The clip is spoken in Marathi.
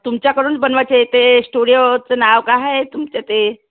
तुमच्याकडूनच बनवायचे आहे ते स्टुडिओचं नाव का आहे तुमचे ते